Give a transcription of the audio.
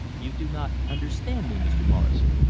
you do not understand me, mr. morrison.